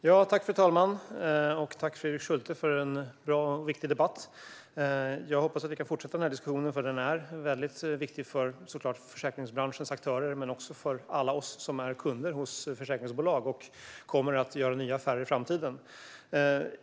Fru talman! Tack, Fredrik Schulte, för en bra och viktig debatt! Jag hoppas att vi kan fortsätta den här diskussionen, för den är väldigt viktig både för försäkringsbranschens aktörer och för alla oss som är kunder hos försäkringsbolag och kommer att göra nya affärer i framtiden.